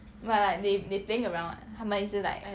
but like they they playing around [what] 他们一直